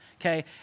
okay